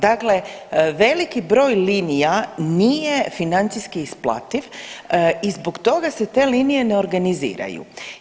Dakle, veliki broj linija nije financijski isplativ i zbog toga se te linije ne organiziraju.